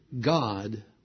God